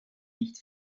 nicht